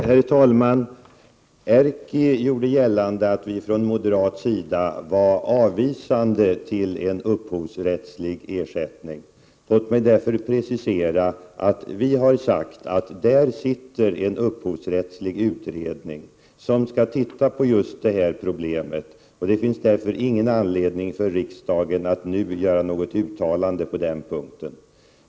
Herr talman! Erkki Tammenoksa gjorde gällande att vi från moderat sida var avvisande till en upphovsrättslig ersättning. Låt mig därför precisera att vi har sagt att när det arbetar en upphovsrättslig utredning, som skall behandla just detta problem, finns det inte någon anledning för riksdagen att nu göra något uttalande på den punkten.